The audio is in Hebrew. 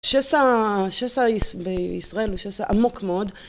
השסע בישראל הוא שסע עמוק מאוד.